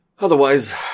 Otherwise